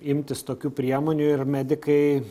imtis tokių priemonių ir medikai